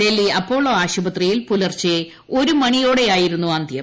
Delhi Apollo ആശുപത്രിയിൽ പുലർച്ചെ ഒരു മണിയോടെയായിരുന്നു അന്ത്യം